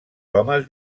homes